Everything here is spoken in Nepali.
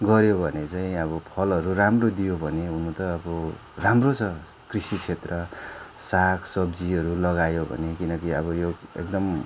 गऱ्यो भने चाहिँ अब फलहरू राम्रो दियो भने हुनु त अब राम्रो छ कृषि क्षेत्र सागसब्जीहरू लगायो भने किनकि अब यो एकदम